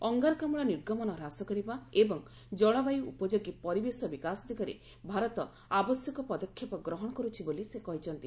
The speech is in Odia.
ଅଙ୍ଗାରକାମୁ ନିର୍ଗମନ ହ୍ରାସ କରିବା ଏବଂ ଜଳବାୟୁ ଉପଯୋଗୀ ପରିବେଶ ବିକାଶ ଦିଗରେ ଭାରତ ଆବଶ୍ୟକ ପଦକ୍ଷେପ ଗ୍ରହଣ କର୍ରଛି ବୋଲି ସେ କହିଛନ୍ତି